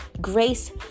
grace